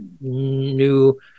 new